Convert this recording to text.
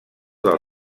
del